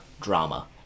drama